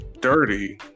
dirty